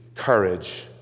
courage